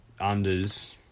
unders